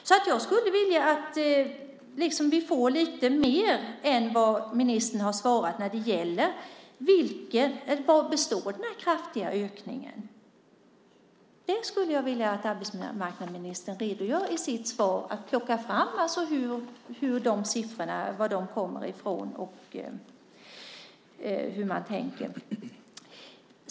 Så jag skulle vilja att vi fick lite mer än vad ministern har svarat hittills när det gäller vari den här kraftiga ökningen består. Det skulle jag vilja att arbetsmarknadsministern redogör för i sitt svar, att han plockar fram var de här siffrorna kommer ifrån och hur man tänker.